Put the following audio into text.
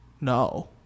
No